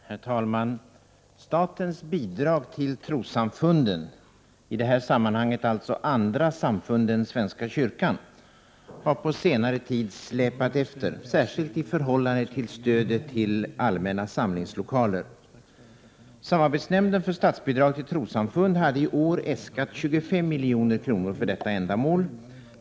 Herr talman! Statens bidrag till trossamfunden — i det här sammanhanget alltså andra samfund än svenska kyrkan — har på senare tid släpat efter, särskilt i förhållande till stödet till allmänna samlingslokaler. Samarbetsnämnden för statsbidrag till trossamfund hade i år äskat 25 milj.kr. för detta ändamål.